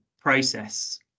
process